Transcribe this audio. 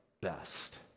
best